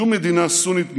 שום מדינה סונית מתונה,